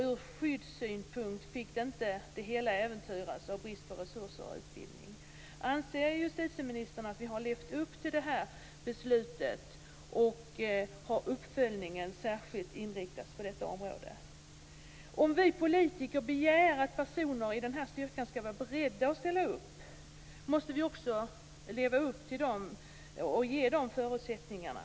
Ur skyddssynpunkt fick inte det hela äventyras på grund av brist på resurser och utbildning. Anser justitieministern att vi har levt upp till det beslutet? Har uppföljningen särskilt inriktats på detta? Om vi politiker begär att personer i den här styrkan skall vara beredda att ställa upp måste vi också leva upp till att ge dem de här förutsättningarna.